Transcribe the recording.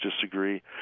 disagree